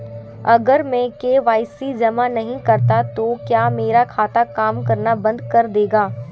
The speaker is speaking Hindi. अगर मैं के.वाई.सी जमा नहीं करता तो क्या मेरा खाता काम करना बंद कर देगा?